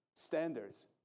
Standards